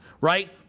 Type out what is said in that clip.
right